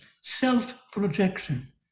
self-projection